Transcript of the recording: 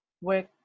work